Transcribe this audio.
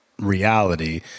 reality